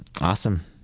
Awesome